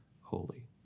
holy